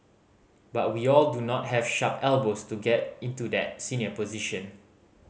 but we all do not have sharp elbows to get into that senior position